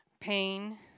pain